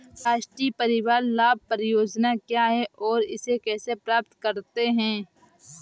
राष्ट्रीय परिवार लाभ परियोजना क्या है और इसे कैसे प्राप्त करते हैं?